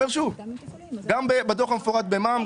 גם בדוח המפורט במע"מ,